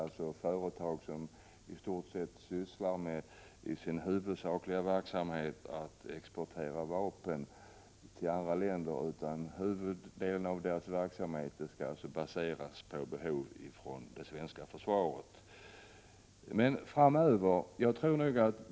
Vi skall således inte ha företag vilkas huvudsakliga verksamhet är att exportera vapen till andra länder, utan huvuddelen av deras verksamhet skall baseras på behov inom det svenska försvaret.